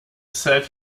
sat